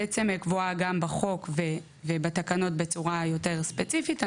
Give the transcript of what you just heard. בעצם קבועה גם בחוק וגם בתקנות בצורה יותר ספציפית,